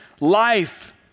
life